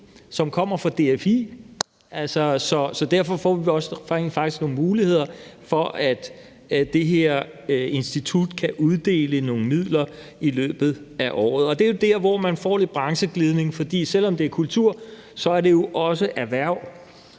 ikke kommer fra DFI, så derfor bliver der faktisk også nogle muligheder for, at det her institut kan uddele nogle midler i løbet af året. Det er jo der, hvor man får lidt brancheglidning, for selv om det er kultur, er det også erhverv,